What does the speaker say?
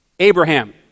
Abraham